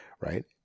right